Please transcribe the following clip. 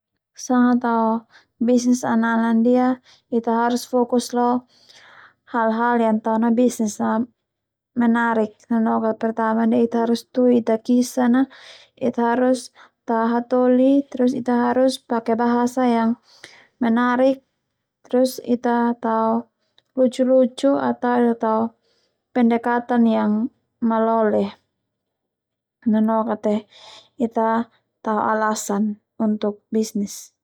Sanga tao bisnis anana ndia Ita harus fokus lo hal-hal yang tao na bisnis a menarik, nanoka pertama ndia Ita harus tui Ita kisan a Ita harus tao hatoli terus Ita harus pake bahasa yang menarik terus Ita tao lucu-lucu atau Ita tao pendekatan yang malole nanoka te Ita tao alasan noka bisnis.